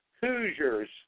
Hoosiers